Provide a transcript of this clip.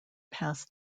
past